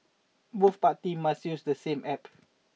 both parties must use the same App